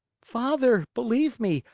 father, believe me,